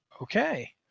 Okay